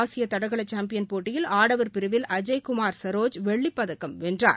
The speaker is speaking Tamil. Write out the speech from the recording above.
ஆசிய தடகள சாம்பியன் போட்டியில் ஆடவர் பிரிவில் அஜய் குமார் சரோஜ் வெள்ளிப்பதக்கம் வென்றார்